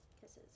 Kisses